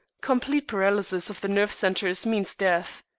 complete paralysis of the nerve centres means death.